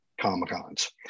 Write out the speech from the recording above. Comic-Cons